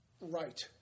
right